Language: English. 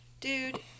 Dude